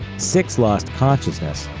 sixx lost consciousness,